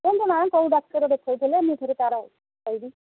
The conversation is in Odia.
କୁହନ୍ତୁ ମ୍ୟାମ୍ କୋଉ ଡାକ୍ତର ଦେଖାଉଥିଲେ ମୁଁ ଫେରେ ତା'ର କହିବି